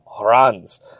runs